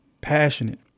Passionate